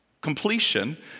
Completion